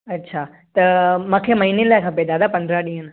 अच्छा त मूंखे महिने लाइ खपे दादा पंद्रहं ॾींहं न